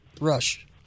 Rush